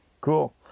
Cool